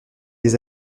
des